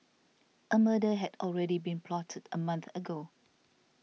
a murder had already been plotted a month ago